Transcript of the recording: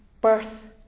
birth